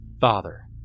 Father